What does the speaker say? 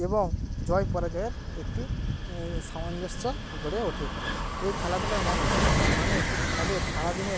এবং জয় পরাজয়ের একটি একটি সামঞ্জস্য গড়ে ওঠে এই খেলাধুলার মাধ্যমে মানুষ তাদের সারা দিনের